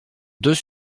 deux